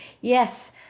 yes